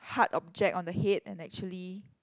hard object on the head and actually